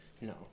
No